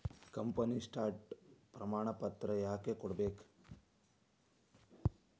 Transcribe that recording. company stock ಪ್ರಮಾಣಪತ್ರ ಯಾಕ ಕೊಡ್ಬೇಕ್